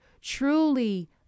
truly